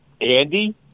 Andy